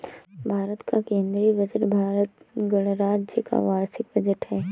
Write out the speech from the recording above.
भारत का केंद्रीय बजट भारत गणराज्य का वार्षिक बजट है